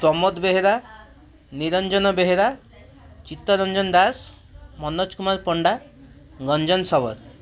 Pramod Behera Niranjan Behera Chittaranjan Das Manoj Kumar Panda Ranjan Sabar